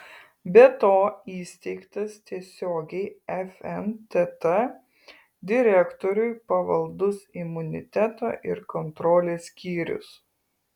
be to įsteigtas tiesiogiai fntt direktoriui pavaldus imuniteto ir kontrolės skyrius